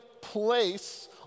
place